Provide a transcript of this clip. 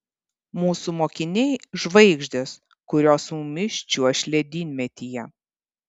mūsų mokiniai žvaigždės kurios su mumis čiuoš ledynmetyje